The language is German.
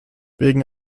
wegen